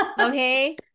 Okay